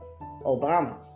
Obama